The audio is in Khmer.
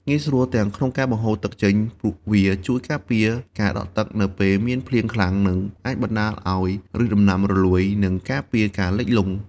ងាយស្រួលក្នុងការបង្ហូរទឹកចេញ វាជួយការពារការដក់ទឹកនៅពេលមានភ្លៀងខ្លាំង ដែលអាចបណ្ដាលឲ្យឬសដំណាំរលួយ និងការពារការលិចលង់។